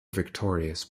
victorious